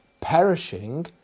perishing